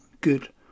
good